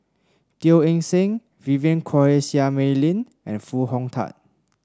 Teo Eng Seng Vivien Quahe Seah Mei Lin and Foo Hong Tatt